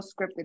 scripted